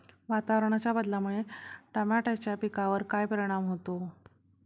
वातावरणाच्या बदलामुळे टमाट्याच्या पिकावर काय परिणाम होतो?